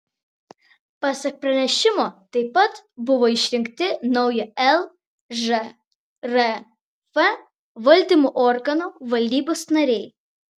pasak pranešimo taip pat buvo išrinkti naujo lžrf valdymo organo valdybos nariai